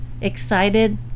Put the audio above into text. excited